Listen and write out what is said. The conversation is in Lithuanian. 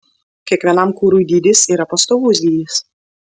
kiekvienam kurui dydis yra pastovus dydis